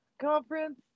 conference